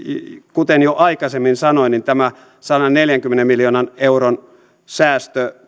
kuten jo aikaisemmin sanoin tämä sadanneljänkymmenen miljoonan euron säästö